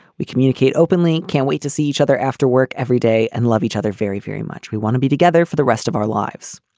we communicate openly. can't wait to see each other after work every day and love each other very, very much. we want to be together for the rest of our lives.